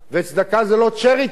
וצדקה זה לא charity,